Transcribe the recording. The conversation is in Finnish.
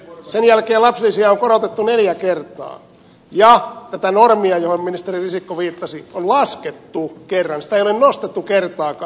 sen jälkeen lapsilisiä on korotettu neljä kertaa ja tätä normia johon ministeri risikko viittasi on laskettu kerran sitä ei ole nostettu kertaakaan